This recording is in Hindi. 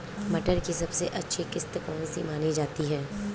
मटर की सबसे अच्छी किश्त कौन सी मानी जाती है?